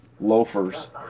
Loafers